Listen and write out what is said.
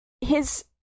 his-